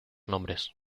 nombres